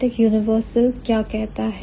तो paradigmatic universal क्या कहता है